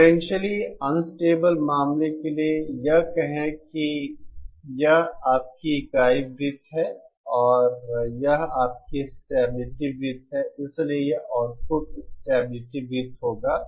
potentially unstable मामले के लिए यह कहें कि यह आपकी इकाई वृत्त है और यह आपकी स्टेबिलिटी वृत्त है इसलिए यह आउटपुट स्टेबिलिटी वृत्त होगा